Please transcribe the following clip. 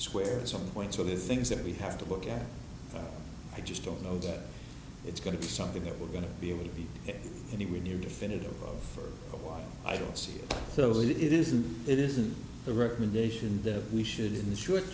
swear at some point so this things that we have to look at i just don't know that it's going to be something that we're going to be able to be anywhere near definitive for a while i don't see it so it isn't it isn't the recommendation that we should in the short